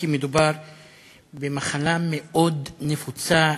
כי מדובר במחלה מאוד נפוצה,